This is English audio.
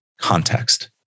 context